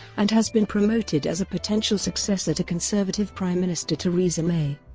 and has been promoted as a potential successor to conservative prime minister theresa may.